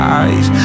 eyes